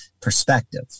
perspective